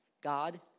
God